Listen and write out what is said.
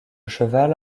cheval